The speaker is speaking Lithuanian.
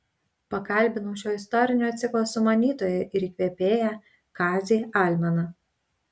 pakalbinau šio istorinio ciklo sumanytoją ir įkvėpėją kazį almeną